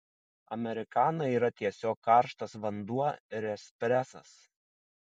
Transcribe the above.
amerikana yra tiesiog karštas vanduo ir espresas